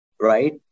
right